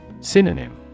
Synonym